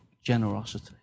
generosity